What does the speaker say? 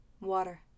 Water